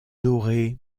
doré